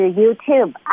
YouTube